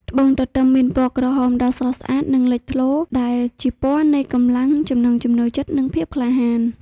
ត្បូងទទឹមមានពណ៌ក្រហមដ៏ស្រស់ស្អាតនិងលេចធ្លោ ដែលជាពណ៌នៃកម្លាំង ចំណង់ចំណូលចិត្ត និងភាពក្លាហាន។